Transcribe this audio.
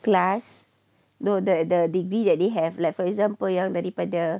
class no that the degree that they have like for example yang daripada